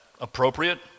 appropriate